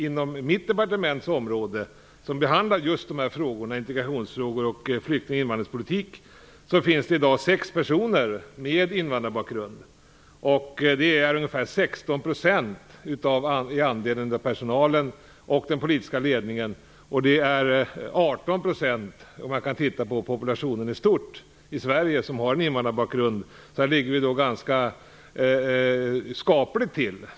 Inom mitt departements område - vi behandlar ju just integrationsfrågor och flykting och invandringspolitik - finns det i dag sex personer som har invandrarbakgrund. Det är ungefär 16 % av personalen och den politiska ledningen. 18 % av den svenska populationen i stort har invandrarbakgrund. Vi ligger alltså ganska skapligt till.